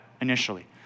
initially